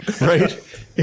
Right